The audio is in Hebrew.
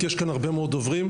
כי יש הרבה מאוד דוברים.